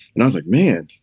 nozick man,